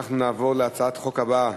אנחנו נעבור להצעת החוק הבאה,